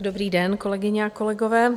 Dobrý den, kolegyně a kolegové.